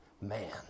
man